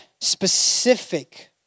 specific